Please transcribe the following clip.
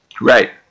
Right